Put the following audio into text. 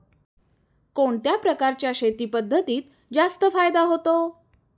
कोणत्या प्रकारच्या शेती पद्धतीत जास्त फायदा होतो?